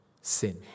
sin